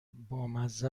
بامزه